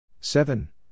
seven